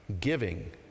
giving